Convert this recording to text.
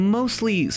mostly